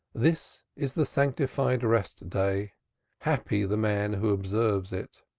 this is the sanctified rest-day happy the man who observes it,